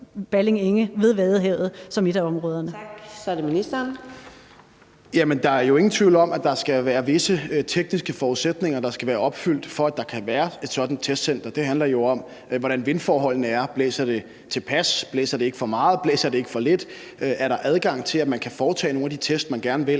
ministeren. Kl. 14:54 Ministeren for byer og landdistrikter (Morten Dahlin): Der er jo ingen tvivl om, at der er visse tekniske forudsætninger, der skal være opfyldt, for at der kan være et sådant testcenter. Det handler jo om, hvordan vindforholdene er, altså om det blæser tilpas, om det blæser for meget eller for lidt, om der er adgang til, at man kan foretage nogle af de test, man gerne vil.